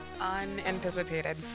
Unanticipated